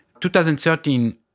2013